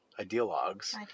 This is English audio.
Ideologues